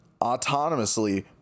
autonomously